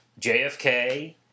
JFK